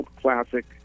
classic